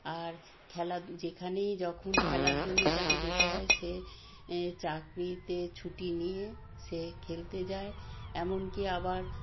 আর খেলা যেখানেই যখন খেলার জন্য তাকে যেতে হয় সে চাকরিতে ছুটি নিয়ে সে খেলতে যায় এমনকি আবার